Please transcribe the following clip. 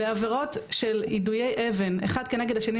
בעבירות של יידויי אבן אחד כנגד השני,